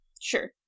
Sure